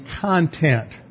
content